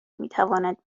میتواند